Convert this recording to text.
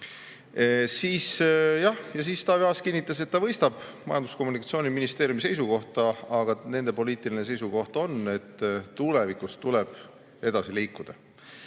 Siis Taavi Aas kinnitas, et ta mõistab Majandus- ja Kommunikatsiooniministeeriumi seisukohta, aga nende poliitiline seisukoht on, et tulevikus tuleb edasi